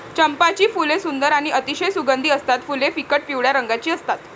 चंपाची फुले सुंदर आणि अतिशय सुगंधी असतात फुले फिकट पिवळ्या रंगाची असतात